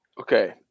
Okay